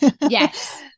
Yes